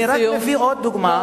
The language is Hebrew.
אני רק מביא עוד דוגמה.